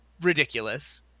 ridiculous